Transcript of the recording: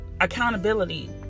accountability